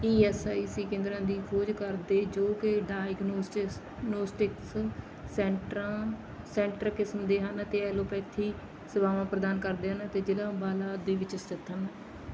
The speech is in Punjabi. ਈ ਐੱਸ ਆਈ ਸੀ ਕੇਂਦਰਾਂ ਦੀ ਖੋਜ ਕਰਦੇ ਜੋ ਕਿ ਡਾਇਗਨੌਸਟਿਸਨੌਟਿਕਸ ਸੈਂਟਰਾਂ ਸੈਂਟਰ ਕਿਸਮ ਦੇ ਹਨ ਅਤੇ ਐਲੋਪੈਥੀ ਸੇਵਾਵਾਂ ਪ੍ਰਦਾਨ ਕਰਦੇ ਹਨ ਅਤੇ ਜ਼ਿਲ੍ਹਾ ਅੰਬਾਲਾ ਵਿੱਚ ਸਥਿਤ ਹਨ